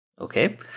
Okay